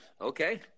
Okay